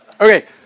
Okay